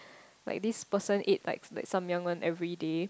like this person eat like this Samyang one everyday